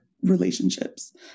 relationships